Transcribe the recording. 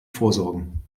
vorsorgen